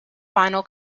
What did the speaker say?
vinyl